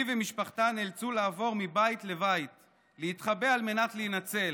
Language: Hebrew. היא ומשפחתה נאלצו לעבור מבית לבית ולהתחבא על מנת להינצל,